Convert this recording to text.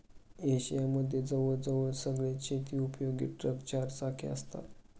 Asia मध्ये जवळ जवळ सगळेच शेती उपयोगी ट्रक चार चाकी असतात